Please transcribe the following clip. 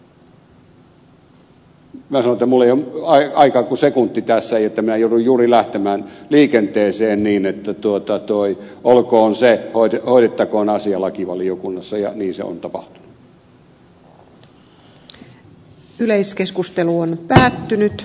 minä sanoin että minulla ei ole aikaa kuin sekunti tässä ja joudun juuri lähtemään liikenteeseen niin että olkoon se hoidettakoon asia lakivaliokunnassa ja niin se on tapahtunut